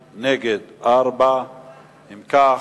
בעד, 2, נגד, 4. אם כך,